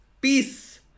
peace